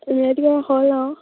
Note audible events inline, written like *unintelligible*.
*unintelligible* দিয়া হ'ল আৰু